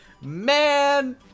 man